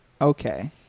Okay